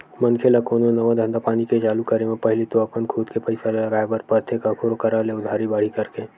मनखे ल कोनो नवा धंधापानी के चालू करे म पहिली तो अपन खुद के पइसा ल लगाय बर परथे कखरो करा ले उधारी बाड़ही करके